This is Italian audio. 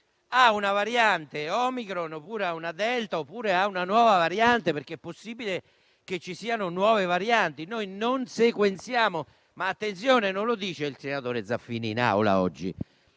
ha una variante Omicron o Delta o una nuova variante, perché è possibile che ci siano nuove varianti. Noi non sequenziamo e - attenzione - questo non lo dice il senatore Zaffini in Aula oggi,